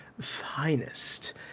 finest